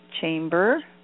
chamber